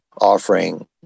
offering